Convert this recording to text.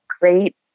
great